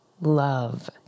love